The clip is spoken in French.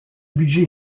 budget